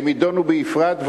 הם יידונו בנפרד,